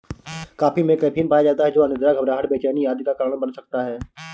coffee में caffeine पाया जाता है जो अनिद्रा, घबराहट, बेचैनी आदि का कारण बन सकता है